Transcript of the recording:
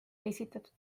esitatud